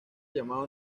llamado